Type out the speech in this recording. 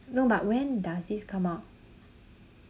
no but when does this come out